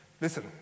Listen